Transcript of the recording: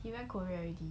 he went korea already